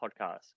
podcast